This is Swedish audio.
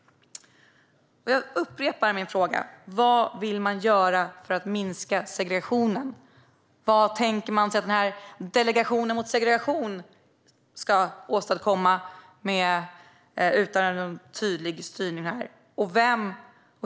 Jag upprepar min fråga: Vad vill ni göra för att minska segregationen? Vad tänker ni er att Delegationen mot segregation ska åstadkomma utan någon tydlig styrning?